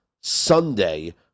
Sunday